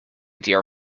dear